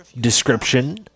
description